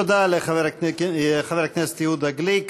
תודה לחבר הכנסת יהודה גליק.